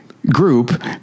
group